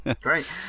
Great